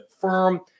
firm